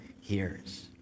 hears